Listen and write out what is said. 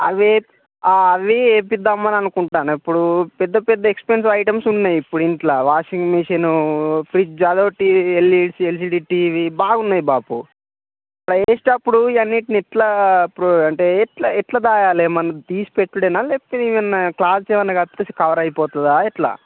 అవి అవి వేయిద్దాం అని అనుకుంటాన్నా ఇప్పుడు పెద్ద పెద్ద ఎక్స్పెన్సివ్ ఐటెమ్స్ ఉన్నాయి ఇప్పుడు ఇంట్లా వాషింగ్ మెషిన్ ఫ్రిడ్జ్ అదొకటి ఎల్ఈ ఎల్ఈడీ టీవీ బాగా ఉన్నాయి బాపు అవి వేసేటప్పుడు ఇవన్నీ ఎట్లా ఇప్పుడు అంటే ఎట్లా ఎట్లా దాయాలి ఏమన్నా తీసి పెట్టుడేనా లేకపోతే క్లాత్ ఏదన్నా కట్టేస్తే కవర్ అయిపోతుందా ఎట్లా